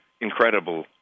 incredible